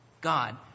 God